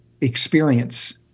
experience